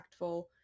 impactful